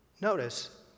Notice